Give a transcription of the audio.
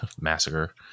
massacre